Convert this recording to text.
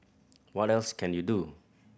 what else can you do